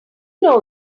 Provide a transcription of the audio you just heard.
know